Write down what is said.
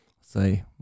say